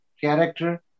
Character